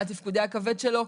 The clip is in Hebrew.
על תפקודי הכבד שלו,